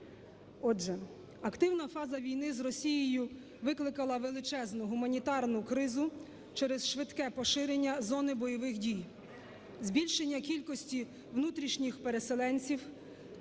Отже, активна фаза війни з Росією викликала величезну гуманітарну кризу через швидке поширення зони бойових дій, збільшення кількості внутрішніх переселенців